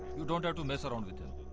you don't have to mess around with him.